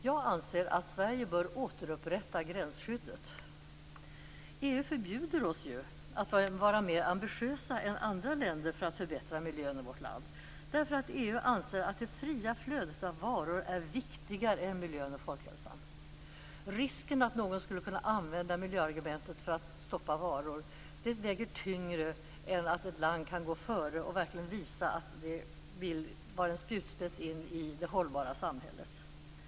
Jag anser att Sverige bör återupprätta gränsskyddet. EU förbjuder oss ju att vara mer ambitiösa än andra länder för att förbättra miljön i vårt land, därför att EU anser att det fria flödet av varor är viktigare än miljön och folkhälsan. Risken att någon skulle kunna använda miljöargumentet för att stoppa varor väger tyngre än ett lands möjlighet att gå före och verkligen visa att det vill vara en spjutspets in i det hållbara samhället.